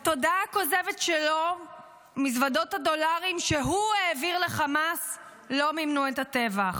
בתודעה הכוזבת שלו מזוודות הדולרים שהוא העביר לחמאס לא מימנו את הטבח,